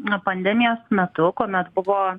na pandemijos metu kuomet buvo